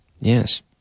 Yes